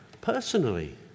personally